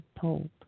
told